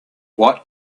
what